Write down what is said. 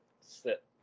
sit